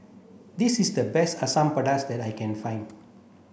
this is the best Asam Pedas that I can find